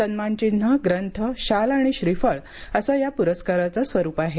सन्मानचिन्ह ग्रंथशाल आणि श्रीफळ असं या प्रस्काराचं स्वरुप आहे